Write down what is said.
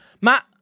Matt